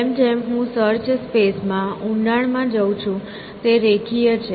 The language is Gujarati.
જેમ જેમ હું સર્ચ સ્પેસ માં ઊંડાણ માં જઉં છું તે રેખીય છે